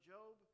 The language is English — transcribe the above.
Job